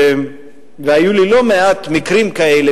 והיו לי לא מעט מקרים כאלה,